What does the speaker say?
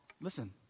Listen